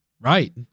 Right